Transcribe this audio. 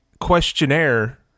questionnaire